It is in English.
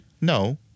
No